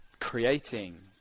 creating